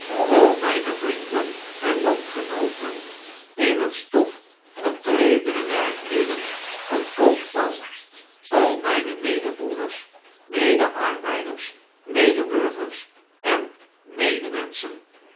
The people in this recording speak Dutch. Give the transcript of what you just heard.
mijne vrienden en landgenooten in het stof vertredene werklieden van coketown o mijne medebroeders medearbeiders medeburgers en